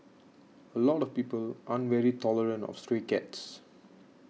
a lot of people aren't very tolerant of stray cats